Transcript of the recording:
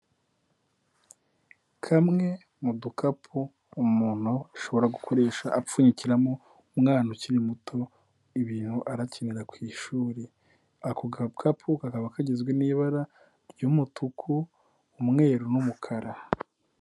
Kamwe mu dukapu umuntu ashobora gukoresha apfunyikiramo umwana ukiri muto ibintu arakenera ku ishuri, ako gakapu kakaba kagizwe n'ibara ry'umutuku, umweru n'umukara.